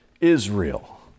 Israel